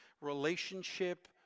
relationship